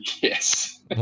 Yes